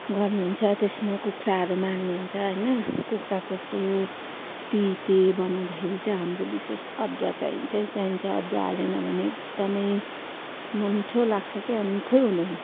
गर्नुहुन्छ त्यसमा कुखुराहरू मार्नुहुन्छ होइनन कुखुराको सुप तिते बनाउँदाखेरि चाहिँ हाम्रो विशेष अदुवा चाहिन्छै चाहिन्छ अदुवा हालेन भने एकदमै नमिठो लाग्छ क्या मिठै हुँदैन